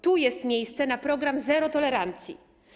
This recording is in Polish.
Tu jest miejsce na program: zero tolerancji.